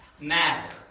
matter